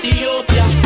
Ethiopia